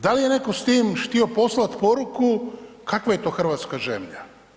Da li je netko s tim htio poslat poruku kakva je to hrvatska žemlja?